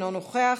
אינו נוכח,